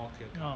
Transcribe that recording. oh